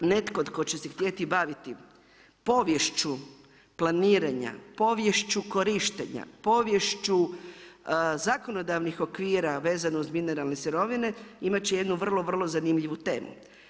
Netko tko će se htjeti baviti poviješću planiranja, poviješću korištenja, poviješću zakonodavnih okvira vezano uz mineralne sirovine imat će jednu vrlo, vrlo zanimljivu temu.